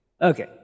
Okay